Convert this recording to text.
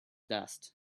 dust